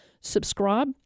Subscribe